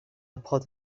پات